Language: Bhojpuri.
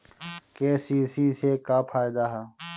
के.सी.सी से का फायदा ह?